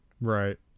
Right